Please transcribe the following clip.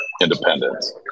independence